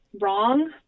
wrong